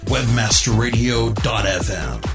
Webmasterradio.fm